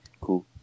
cool